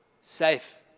safe